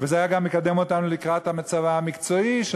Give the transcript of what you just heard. וזה היה גם מקדם אותנו לקראת הצבא המקצועי של